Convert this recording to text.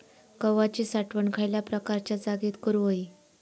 गव्हाची साठवण खयल्या प्रकारच्या जागेत करू होई?